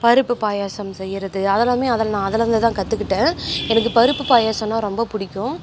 பருப்புப் பாயசம் செய்கிறது அதெல்லாமே அதில் நான் அதுலிருந்து தான் கற்றுக்கிட்டேன் எனக்கு பருப்புப் பாயாசன்னால் ரொம்ப பிடிக்கும்